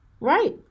Right